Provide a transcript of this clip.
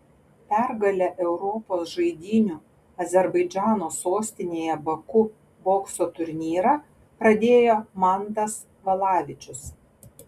pergale europos žaidynių azerbaidžano sostinėje baku bokso turnyrą pradėjo mantas valavičius